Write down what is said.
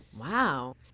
Wow